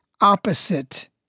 opposite